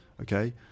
okay